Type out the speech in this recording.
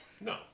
No